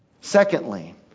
Secondly